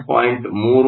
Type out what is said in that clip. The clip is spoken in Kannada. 192 0